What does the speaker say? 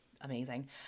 amazing